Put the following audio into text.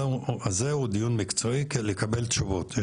הבתים במתחם 1 לחיבור חשמל ואז זה מגיע למטה הדיור והם